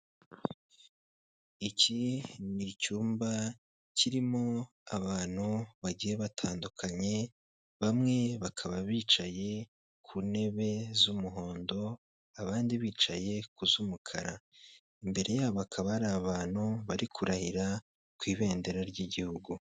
Iki ni icyumba kirimo abantu bagiye batandukanye bamwe bakaba bicaye ku ntebe z'umuhondo abandi bicaye ku z'umukara imbere yabo akaba ari abantu bari kurahira ku ibendera ry'igihugu.